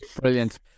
Brilliant